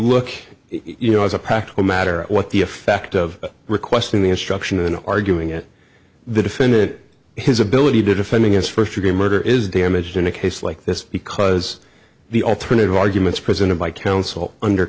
it you know as a practical matter what the effect of requesting the instruction in arguing it the defended his ability to defending his first degree murder is damaged in a case like this because the alternative arguments presented by counsel under